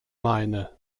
meine